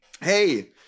hey